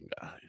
guys